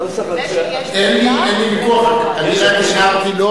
זה שיש, אין לי ויכוח על כך.